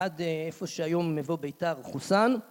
עד איפה שהיום מבוא בית"ר חוסן.